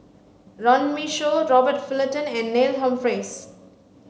Runme Shaw Robert Fullerton and Neil Humphreys